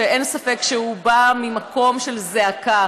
שאין ספק שהוא בא ממקום של זעקה.